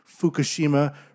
Fukushima